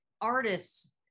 artists